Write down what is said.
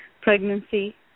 pregnancy